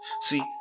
See